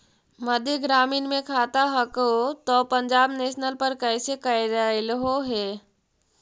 मध्य ग्रामीण मे खाता हको तौ पंजाब नेशनल पर कैसे करैलहो हे?